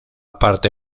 parte